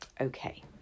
okay